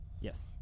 Yes